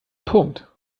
punkt